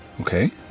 okay